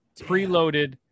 preloaded